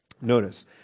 Notice